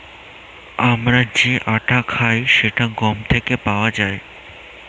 আমরা যে আটা খাই সেটা গম থেকে পাওয়া যায়